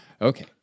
Okay